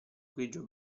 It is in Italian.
grigio